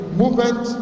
movement